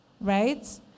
right